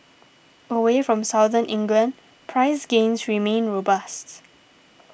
away from Southern England price gains remain robust